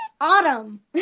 Autumn